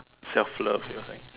self love you think